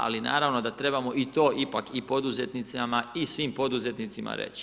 Ali, naravno da trebamo i to ipak i poduzetnicima i svim poduzetnicima reći.